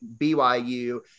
BYU